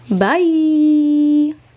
bye